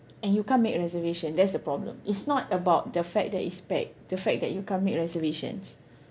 and you can't make reservation that's the problem it's not about the fact that it's packed it's the fact that you can't make reservations